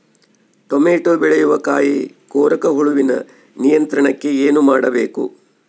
Tomato ಬೆಳೆಯ ಕಾಯಿ ಕೊರಕ ಹುಳುವಿನ ನಿಯಂತ್ರಣಕ್ಕೆ ಏನು ಮಾಡಬೇಕು?